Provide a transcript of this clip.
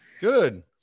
Good